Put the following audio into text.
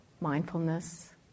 mindfulness